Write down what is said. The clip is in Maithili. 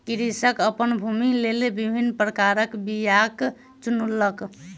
कृषक अपन भूमिक लेल विभिन्न प्रकारक बीयाक चुनलक